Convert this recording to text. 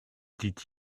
dit